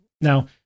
Now